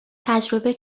تجربه